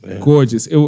gorgeous